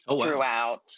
throughout